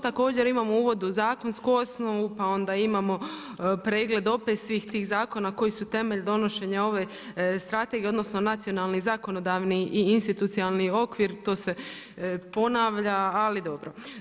Također imamo u uvodu zakonsku osnovu, pa onda imamo pregled opet svih tih zakona koji su temelj donošenja ove Strategije, odnosno nacionalni, zakonodavni i institucionalni okvir, to se ponavlja ali dobro.